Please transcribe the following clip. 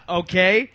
okay